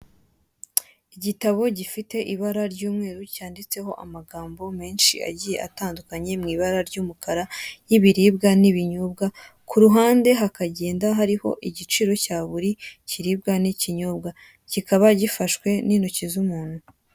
Igitabo gifite ibara ry'umweru cyanditseho amagambo menshi agiye atandukanye mu ibara ry'umukara y'ibiribwa n'ibinyobwa, ku ruhande hakagenda hariho igiciro cya biri kiribwa n'ikinyobwa. Kikaba gifashwe n'intoki z'umuntu.